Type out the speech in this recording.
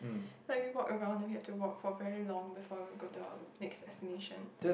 like we walk around then we have to walk for very long before we go to our next destination